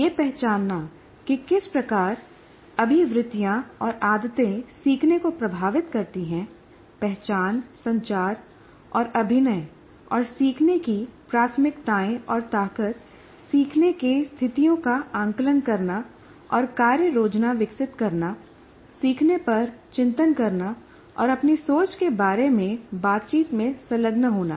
यह पहचानना कि किस प्रकार अभिवृत्तियाँ और आदतें सीखने को प्रभावित करती हैं पहचान संचार और अभिनय और सीखने की प्राथमिकताएं और ताकत सीखने की स्थितियों का आकलन करना और कार्य योजना विकसित करना सीखने पर चिंतन करना और अपनी सोच के बारे में बातचीत में संलग्न होना